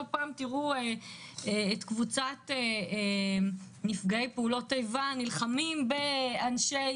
לא פעם רואים את קבוצת נפגעי פעולות האיבה נלחמים בנכי